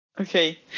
Okay